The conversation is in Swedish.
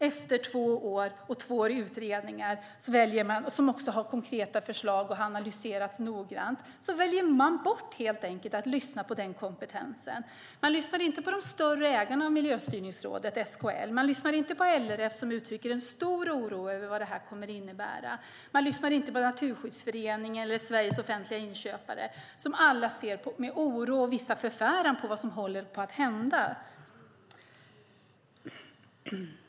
Efter två år och två utredningar, med konkreta förslag som har analyserats noga, väljer man helt enkelt bort att lyssna på denna kompetens. Man lyssnar inte på de större ägarna av Miljöstyrningsrådet - bland annat SKL. Man lyssnar inte på LRF som uttrycker en stor oro över vad detta kommer att innebära. Man lyssnar inte på Naturskyddsföreningen eller Sveriges Offentliga Inköpare. Alla ser de med oro och förfäran på vad som håller på att hända.